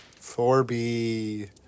4B